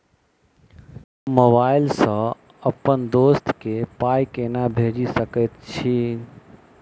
हम मोबाइल सअ अप्पन दोस्त केँ पाई केना भेजि सकैत छी?